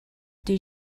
did